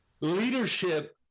Leadership